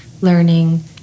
learning